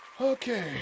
okay